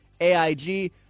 AIG